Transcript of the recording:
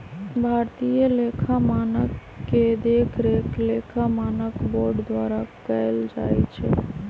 भारतीय लेखा मानक के देखरेख लेखा मानक बोर्ड द्वारा कएल जाइ छइ